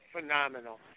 phenomenal